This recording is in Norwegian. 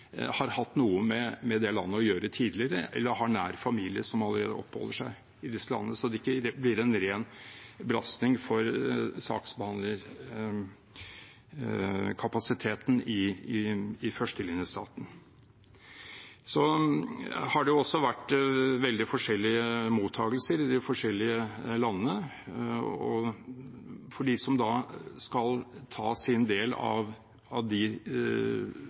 har hatt noe med det landet å gjøre tidligere eller har nær familie som allerede oppholder seg i disse landene, så det ikke blir en ren belastning for saksbehandlerkapasiteten i førstelinjestaten. Det har vært veldig forskjellige mottakelser i de forskjellige landene, også blant dem som skal ta sin del av de flyktningene som må returneres. Man legger altså risikoen for retur over på de